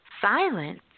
Silence